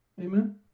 Amen